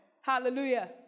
Hallelujah